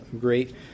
great